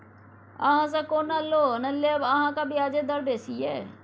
अहाँसँ कोना लोन लेब अहाँक ब्याजे दर बेसी यै